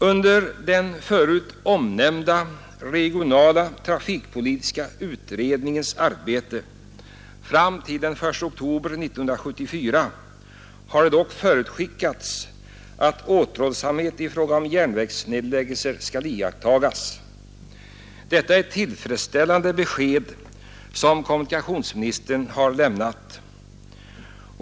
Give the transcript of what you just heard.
Under den förut omnämnda regionala trafikpolitiska utredningens arbete fram till den 1 oktober 1974 har det dock förutskickats att återhållsamhet i fråga om järnvägsnedläggelser skall iakttas. Det är ett tillfredsställande besked som kommunikationsministern har lämnat.